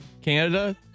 Canada